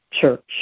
Church